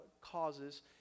causes